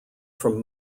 from